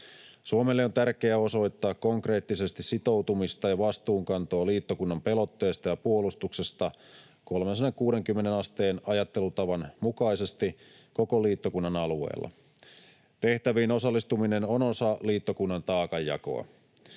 Suomelle on tärkeää osoittaa konkreettisesti sitoutumista ja vastuunkantoa liittokunnan pelotteesta ja puolustuksesta 360 asteen ajattelutavan mukaisesti koko liittokunnan alueella. Tehtäviin osallistuminen on osa liittokunnan taakanjakoa.